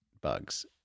bugs